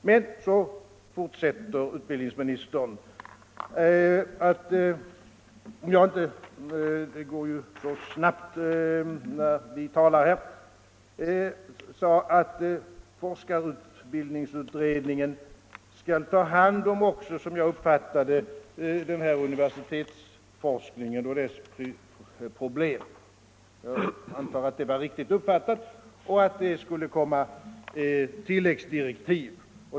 Men så fortsätter utbildningsministern — om jag uppfattade honom riktigt; det går ju så snabbt när vi talar här — att forskarutbildningsutredningen också skall ta hand om universitetsforskningen och dess problem och att det skall komma tilläggsdirektiv.